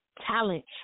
talent